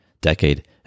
decade